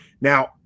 now